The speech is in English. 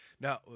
Now